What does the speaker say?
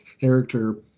character